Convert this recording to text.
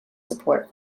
support